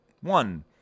one